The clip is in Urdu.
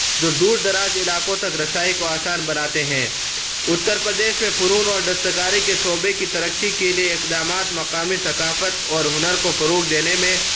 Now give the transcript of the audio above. جو دور دراز علاقوں تک رسائی کو آسان بناتے ہیں اتّر پردیش میں فنون اور دستکاری کے شعبے کی ترقی کے لیے اقدامات مقامی ثقافت اور ہنر کو فروغ دینے میں